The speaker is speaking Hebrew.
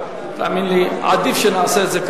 אריאל לסעיף 4 לא